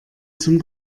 zum